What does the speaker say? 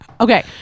okay